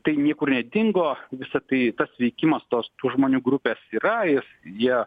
tai niekur nedingo visa tai tas veikimas tos tų žmonių grupės yra jis jie